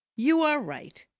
you are right.